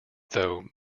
though